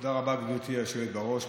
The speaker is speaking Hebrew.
תודה רבה, גברתי היושבת בראש.